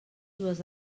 dues